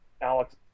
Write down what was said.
Alex